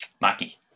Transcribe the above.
Mackie